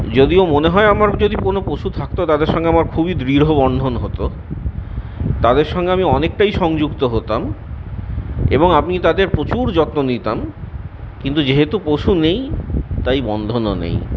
যদিও মনে হয় আমার যদি কোনও পশু থাকত তাদের সঙ্গে আমার খুবই দৃঢ় বন্ধন হত তাদের সঙ্গে আমি অনেকটাই সংযুক্ত হতাম এবং আমি তাদের প্রচুর যত্ন নিতাম কিন্তু যেহেতু পশু নেই তাই বন্ধনও নেই